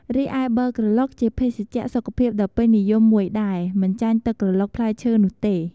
រីឯប័រក្រឡុកជាភេសជ្ជៈសុខភាពដ៏ពេញនិយមមួយដែរ មិនចាញ់ទឹកក្រឡុកផ្លែឈើនោះទេ។